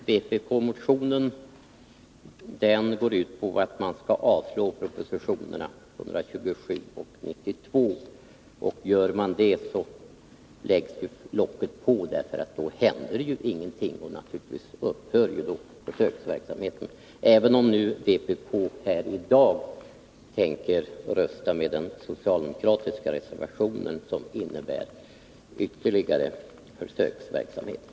Herr talman! Vpk-motionen går ut på att riksdagen skall avslå propositionerna 127 och 92. Gör man det läggs locket på, eftersom ingenting händer. Försöksverksamheten upphör naturligtvis då — även om vpk i dag tänker rösta på den socialdemokratiska reservationen, som innebär ytterligare försöksverksamhet.